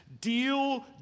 Deal